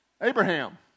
Abraham